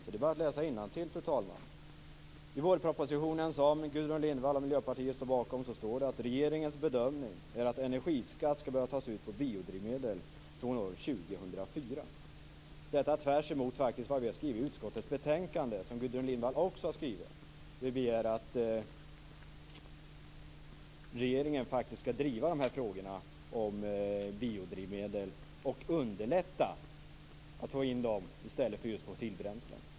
Det är bara att läsa innantill. I vårpropositionen, som Miljöpartiet och Gudrun Lindvall står bakom, står det att regeringens bedömning är att en energiskatt skall behöva tas ut på biodrivmedel från år 2004. Detta är tvärs emot vad det står i utskottets betänkande, som Gudrun Lindvall också står bakom. Där begär utskottet att regeringen skall driva frågorna om biodrivmedel och underlätta användandet av dem i stället för fossilbränslen.